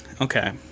Okay